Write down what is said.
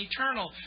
Eternal